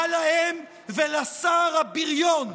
מה להם ולשר הבריון,